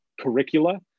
curricula